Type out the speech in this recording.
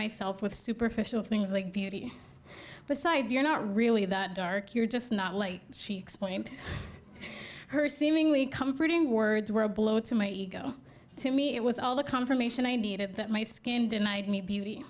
myself with superficial things like beauty but sides you're not really that dark you're just not like she explained her seemingly comforting words were a blow to my ego to me it was all the confirmation i needed that my skin denied me beauty